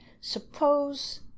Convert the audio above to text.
Suppose